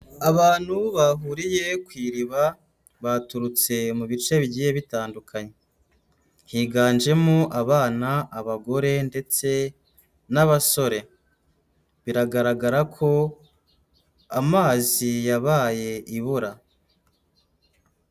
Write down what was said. Abantu bahuriye ku iriba, baturutse mu bice bigiye bitandukanye, higanjemo abana, abagore ndetse n'abasore, biragaragara ko amazi yabaye ibura.